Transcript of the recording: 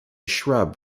shrub